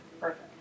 Perfect